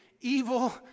evil